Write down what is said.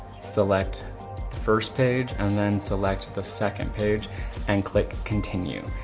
select the first page and then select the second page and click continue.